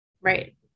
Right